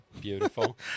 Beautiful